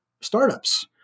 startups